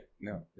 No